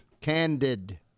candid